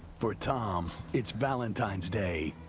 for tom, it's valentine's day,